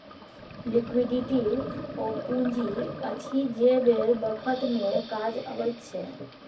liquidity ओ पुंजी अछि जे बेर बखत मे काज अबैत छै